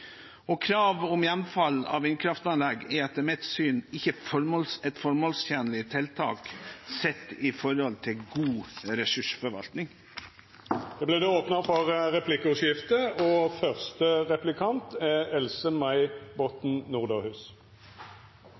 et krav om hjemfall for vindkraft ved utløpt konsesjonsperiode. Krav om hjemfall av vindkraftanlegg er etter mitt syn ikke et formålstjenlig tiltak for god ressursforvaltning. Det vert replikkordskifte.